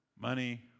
money